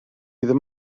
ddim